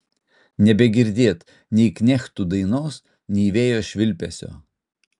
nebegirdėt nei knechtų dainos nei vėjo švilpesio